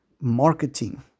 marketing